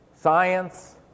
science